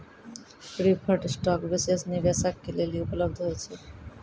preferred stock विशेष निवेशक के लेली उपलब्ध होय छै